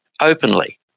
openly